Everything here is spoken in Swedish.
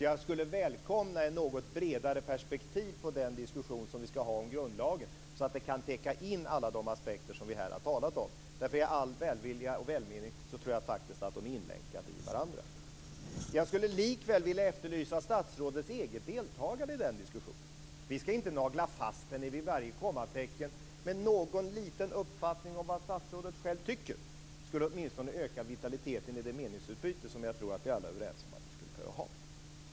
Jag skulle välkomna ett något bredare perspektiv på den diskussion som vi skall ha om grundlagen, så att det kan täcka in alla de aspekter som vi här har talat om. I all välvilja och välmening tror jag faktiskt att de är inlänkade i varandra. Jag skulle likväl vilja efterlysa statsrådets eget deltagande i denna diskussion. Vi skall inte nagla fast henne vid varje kommatecken, men någon liten uppfattning om vad statsrådet själv tycker skulle åtminstone öka vitaliteten i det meningsutbyte som jag tror att vi alla är överens om att vi skulle behöva ha.